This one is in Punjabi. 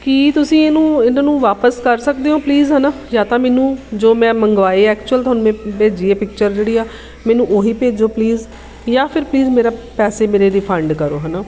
ਕੀ ਤੁਸੀਂ ਇਹਨੂੰ ਇਹਨਾਂ ਨੂੰ ਵਾਪਸ ਕਰ ਸਕਦੇ ਹੋ ਪਲੀਜ਼ ਹੈ ਨਾ ਜਾਂ ਤਾਂ ਮੈਨੂੰ ਜੋ ਮੈਂ ਮੰਗਵਾਏ ਐਕਚੁਅਲ ਤੁਹਾਨੂੰ ਮੈਂ ਭੇਜੀ ਹੈ ਪਿਕਚਰ ਜਿਹੜੀ ਆ ਮੈਨੂੰ ਉਹੀ ਭੇਜੋ ਪਲੀਜ਼ ਜਾਂ ਫਿਰ ਪਲੀਜ਼ ਮੇਰਾ ਪੈਸੇ ਮੇਰੇ ਰਿਫੰਡ ਕਰੋ ਹੈ ਨਾ